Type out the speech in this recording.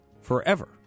forever